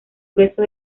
grueso